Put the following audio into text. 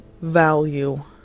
value